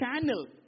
channel